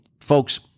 folks